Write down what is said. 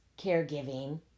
caregiving